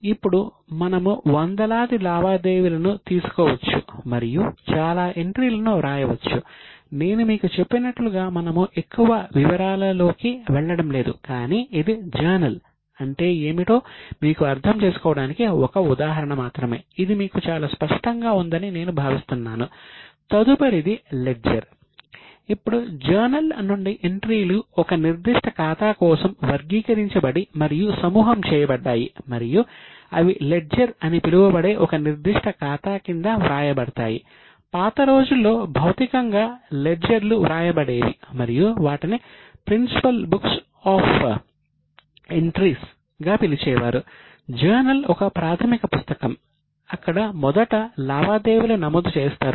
ఇప్పుడు జర్నల్ గా పిలుస్తారు